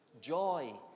joy